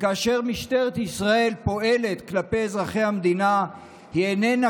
וכאשר משטרת ישראל פועלת כלפי אזרחי המדינה היא איננה